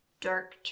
dark